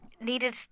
needed